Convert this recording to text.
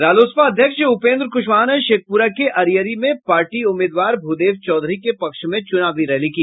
रालोसपा अध्यक्ष उपेन्द्र कुशवाहा ने शेखप्रा के अरियरी में पार्टी उम्मीदवार भूदेव चौधरी के पक्ष में चुनावी रैली की